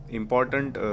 important